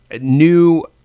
new